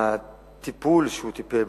הטיפול שהוא טיפל,